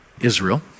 Israel